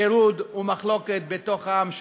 פירוד ומחלוקת בתוך העם שלנו.